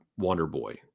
Wonderboy